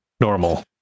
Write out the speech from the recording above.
normal